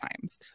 times